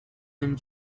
and